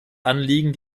anliegen